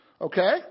Okay